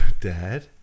dad